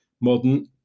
Modern